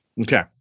Okay